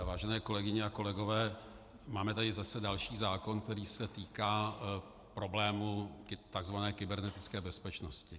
Vážené kolegyně a kolegové, máme tady zase další zákon, který se týká problému tzv. kybernetické bezpečnosti.